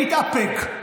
להתאפק.